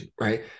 right